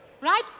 right